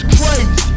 crazy